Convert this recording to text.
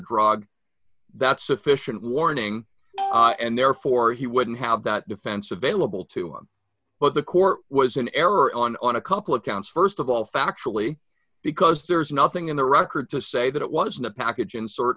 drug that's sufficient warning and therefore he wouldn't have that defense available to him but the court was in error on on a couple of counts st of all factually because there is nothing in the record to say that it was in the package insert